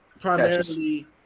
primarily